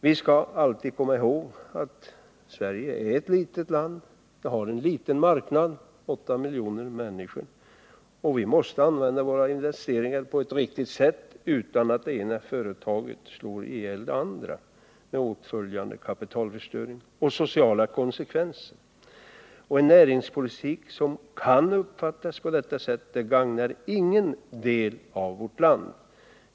Vi skall alltid komma ihåg att Sverige är ett litet land och har en liten marknad — vi är 8 miljoner människor. Vi måste använda våra investeringar på ett riktigt sätt utan att det ena företaget slår ihjäl det andra med åtföljande kapitalförstöring och sociala konsekvenser. En näringspolitik som kan uppfattas på detta sätt gagnar ingen del av vårt land.